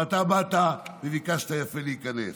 אבל אתה באת וביקשת יפה להיכנס.